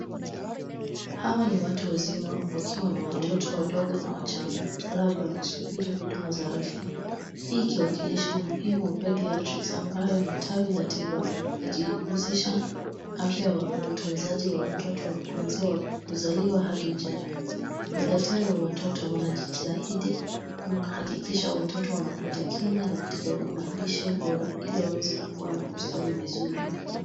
Hawa ni watu wazima wakiwa na watoto wadogo na wachanga, labda wakisubiri huduma za afya. Hii ikiwakilisha umuhimu wa pediatrics ambayo ni tawi la tiba, likihusisha afya na utunzaji wa watoto, kuanzia kuzaliwa hadi ujana. Madaktari wa watoto wanajitahidi kuhakikisha watoto wanapata kinga na matibabu na lishe bora, ili waweze kukua na kustawi vizuri.